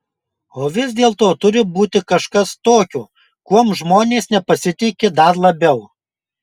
o vis dėlto turi būti kažkas tokio kuom žmonės nepasitiki dar labiau